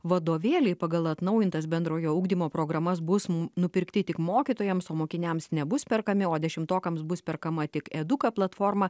vadovėliai pagal atnaujintas bendrojo ugdymo programas bus nupirkti tik mokytojams o mokiniams nebus perkami o dešimtokams bus perkama tik eduka platforma